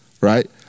right